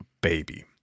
baby